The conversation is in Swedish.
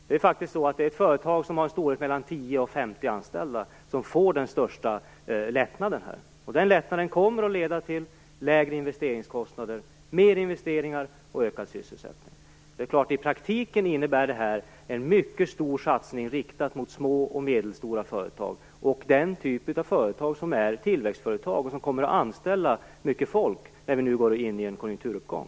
Det är företag som har 10-50 anställda som får den största lättnaden här. Den lättnaden kommer att leda till lägre investeringskostnader, mer investeringar och ökad sysselsättning. I praktiken innebär detta självklart en mycket stor satsning riktad mot små och medelstora företag och den typ av företag som är tillväxtföretag och som kommer att anställa mycket folk när vi nu går in i en konjunkturuppgång.